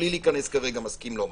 בלי להיכנס אם מסכים או לא.